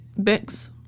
Bix